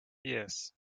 yes